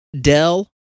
Dell